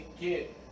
get